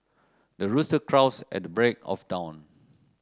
the rooster crows at the break of dawn